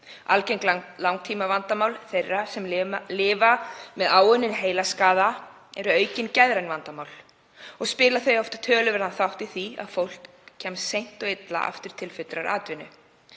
Algeng langtímavandamál þeirra sem lifa með áunninn heilaskaða eru aukin geðræn vandamál og eiga þau oft töluverðan þátt í því að fólk kemst seint og illa aftur til fullrar atvinnuþátttöku.